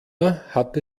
hatte